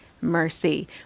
mercy